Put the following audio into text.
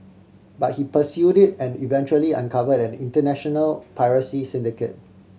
but he pursued it and eventually uncovered an international piracy syndicate